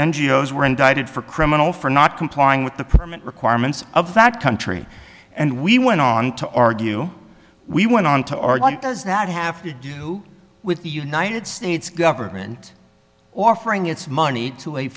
o s were indicted for criminal for not complying with the permit requirements of that country and we went on to argue we went on to our what does that have to do with the united states government offering its money to a